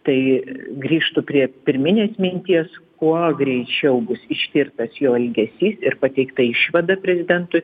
tai grįžtu prie pirminės minties kuo greičiau bus ištirtas jo elgesys ir pateikta išvada prezidentui